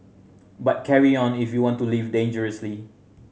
but carry on if you want to live dangerously